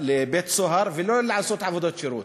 לבית-סוהר ולא לעשות עבודות שירות.